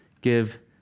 give